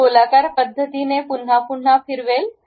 मी हे गोलाकार पद्धतीने पुन्हा पुन्हा फिरवेल